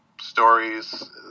stories